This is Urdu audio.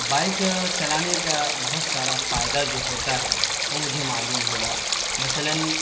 بائک چلانے کا بہت سارا فائدہ جو ہوتا ہے وہ مجھے معلوم ہوا مثلاً